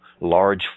large